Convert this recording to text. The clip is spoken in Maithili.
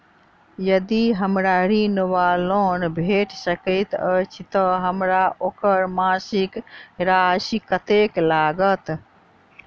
यदि हमरा ऋण वा लोन भेट सकैत अछि तऽ हमरा ओकर मासिक राशि कत्तेक लागत?